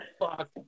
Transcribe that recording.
fuck